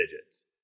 digits